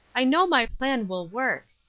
i know my plan will work.